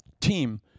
team